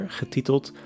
getiteld